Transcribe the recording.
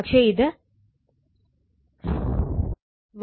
പക്ഷെ ഇത് ആണ് ഇത് വാർ ആണ്